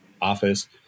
office